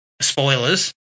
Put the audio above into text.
spoilers